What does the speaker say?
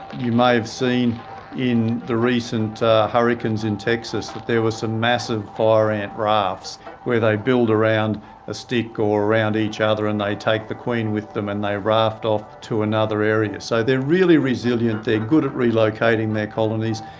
you may have seen in the recent hurricanes in texas there was some massive fire ant rafts where they build around a stick or around each other and they take the queen with them and they raft off to another area, so they're really resilient, they're good at relocating their colonies,